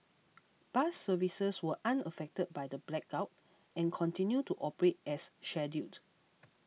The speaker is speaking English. bus services were unaffected by the blackout and continued to operate as scheduled